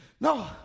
No